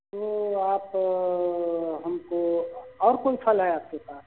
तो आप हमको और कोई फल है आपके पास